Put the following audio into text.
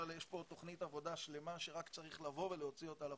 יש פה תכנית עבודה שלמה שרק צריך לבוא ולהוציא אותה לפועל.